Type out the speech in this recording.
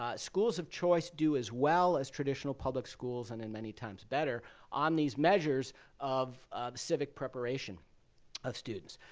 ah schools of choice do as well as traditional public schools and then many times better on these measures of the civic preparation of students.